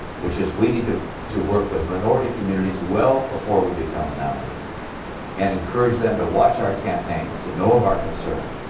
which is we need to to work with minority communities well before we become the nominee and encourage them to watch our campaigns, to know of our concern,